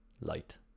light